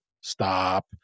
stop